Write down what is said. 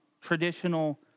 traditional